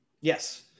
Yes